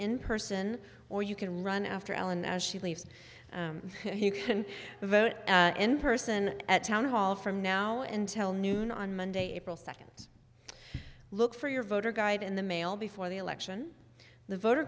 in person or you can run after ellen as she leaves you can vote in person at town hall from now until noon on monday april second look for your voter guide in the mail before the election the voter